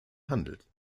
handelt